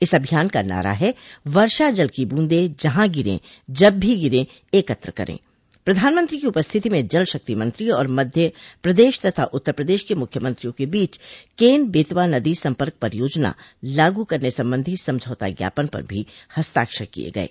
इस अभियान का नारा है वर्षा जल की बूंदे जहां गिरे जब भी गिरे एकत्र करें प्रधानमंत्री की उपस्थिति में जल शक्ति मंत्री और मध्य प्रदेश तथा उत्तर प्रदेश के मुख्यमंत्रियों के बीच केन बेतवा नदी सम्पर्क परियोजना लागू करने सबंधी समझौता ज्ञापन पर भी हस्ताक्षर किए गये